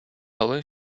але